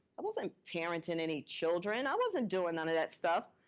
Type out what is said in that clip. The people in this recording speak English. i wasn't parenting any children, i wasn't doing none of that stuff.